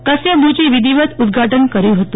કશ્યપ બુચે વિધિવત ઉદ્વાટન કર્યું હતું